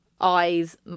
eyes